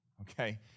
okay